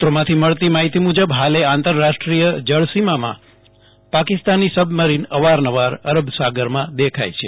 સૂ ત્રોમાંથી મળતી માહિતી મુજબ હાલે આંતર રાષ્ટ્રીય જળસીમામાં પાકિસ્તાની સબ મરીન અવાર નવાર અરબસાગરમાં દેખાય છે